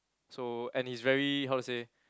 so and he's very how to say